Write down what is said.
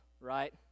right